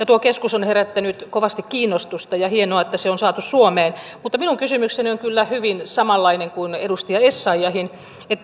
tuo keskus on herättänyt kovasti kiinnostusta ja on hienoa että se on saatu suomeen mutta minun kysymykseni on kyllä hyvin samanlainen kuin edustaja essayahin